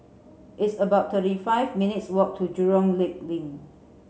it's about twenty five minutes' walk to Jurong Lake Link